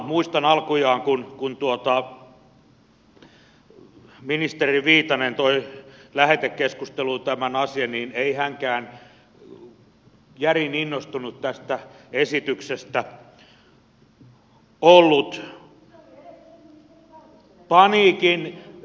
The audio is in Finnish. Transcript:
muistan kun alkujaan ministeri viitanen toi lähetekeskusteluun tämän asian niin ei hänkään järin innostunut tästä esityksestä ollut